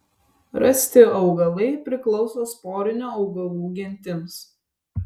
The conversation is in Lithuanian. rasti augalai priklauso sporinių augalų gentims